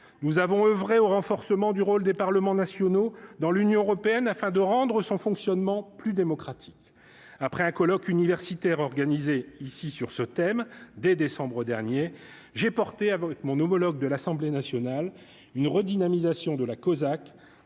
nous avons oeuvré au renforcement du rôle des Parlements nationaux dans l'Union européenne afin de rendre son fonctionnement plus démocratique après un colloque universitaire organisé ici sur ce thème dès décembre dernier, j'ai porté avec mon homologue de l'Assemblée nationale une redynamisation de la Kosac